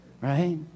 right